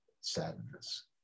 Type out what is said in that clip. sadness